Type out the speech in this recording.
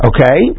Okay